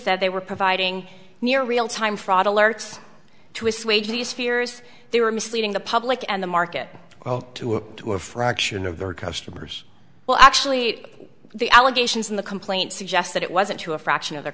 said they were providing near real time fraud alerts to assuage these fears they were misleading the public and the market well to do a fraction of their customers well actually the allegations in the complaint suggest that it wasn't to a fraction of their